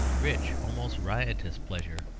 rich, almost riotous pleasure,